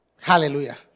Hallelujah